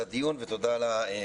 קודם כל תודה על הדיון ותודה על המצגת.